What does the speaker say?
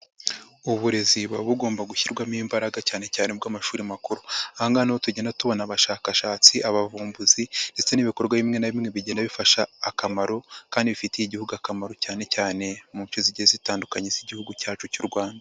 Uburezi buba bugomba gushyirwamo imbaraga cyane cyane ubw'amashuri makuru, aha ngaha ni ho tugenda tubona abashakashatsi, abavumbuzi ndetse n'ibikorwa bimwe na bimwe bigenda bifasha akamaro kandi bifitiye Igihugu akamaro cyane cyane mu nshe zigize zitandukanye z'Igihugu cyacu cy'u Rwanda.